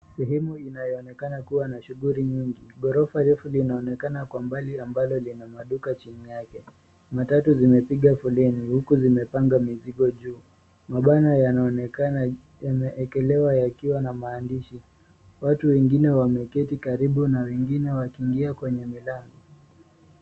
Sehemu inayoonekana kuwa na shughuli nyingi, ghorofa refu linaonekana kwa mbali ambalo lina maduka chini yake. Matatu zimepiga foleni, huku zimepanga mizigo juu. Mabana yanaonekana yameekelewa yakiwa na maandishi. Watu wengine wameketi karibu na wengine wakiingia kwenye milango.